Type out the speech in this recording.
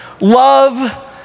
love